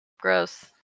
Gross